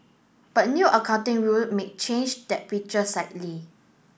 but new accounting rule may change that picture slightly